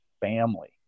family